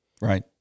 right